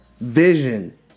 vision